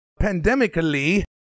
pandemically